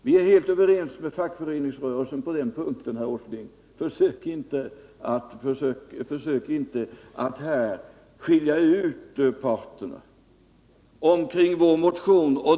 Vi är helt överens med fackföreningsrörelsen — försök inte att skilja oss åt på den punkten!